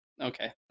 Okay